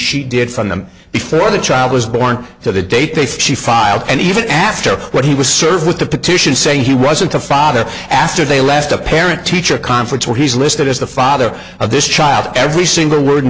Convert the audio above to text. she did from them before the child was born to the database she filed and even after what he was served with the petition saying he wasn't a father after they left a parent teacher conference where he's listed as the father of this child every single word ind